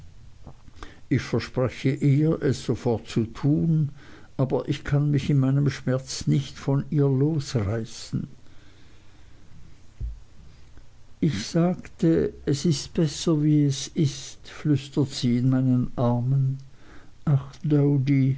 ich verspreche ihr es sofort zu tun aber ich kann mich in meinem schmerz nicht von ihr losreißen ich sagte es ist besser wie es ist flüstert sie in meinen armen ach